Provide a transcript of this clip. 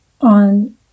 on